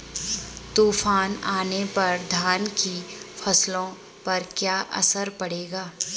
तूफान आने पर धान की फसलों पर क्या असर पड़ेगा?